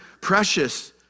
precious